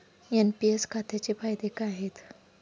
NPS खात्याचे फायदे काय आहेत?